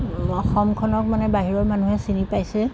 অসমখনক মানে বাহিৰৰ মানুহে চিনি পাইছে